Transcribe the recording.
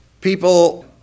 People